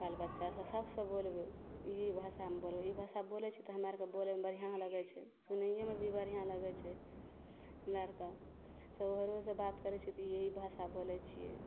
बालबच्चासे सबसे बोलबै इएह भाषामे बोलबै ई भाषा बोलै छी तऽ हमरा आओरके बोलैमे बढ़िआँ लगै छै सुनैओमे भी बढ़िआँ लगै छै हमरा आओरके शौहरोसे बात करै छिए तऽ इएह भाषा बोलै छिए